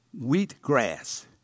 wheatgrass